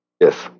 Yes